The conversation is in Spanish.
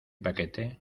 paquete